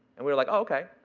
and we were like, oh, ok.